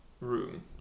room